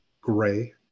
gray